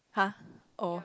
!huh! oh